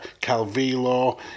Calvillo